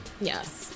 Yes